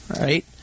right